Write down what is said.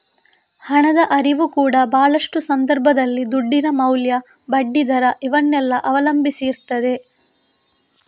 ಹಣದ ಹರಿವು ಕೂಡಾ ಭಾಳಷ್ಟು ಸಂದರ್ಭದಲ್ಲಿ ದುಡ್ಡಿನ ಮೌಲ್ಯ, ಬಡ್ಡಿ ದರ ಇವನ್ನೆಲ್ಲ ಅವಲಂಬಿಸಿ ಇರ್ತದೆ